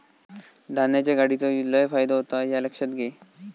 धान्याच्या गाडीचो लय फायदो होता ह्या लक्षात घे